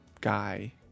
guy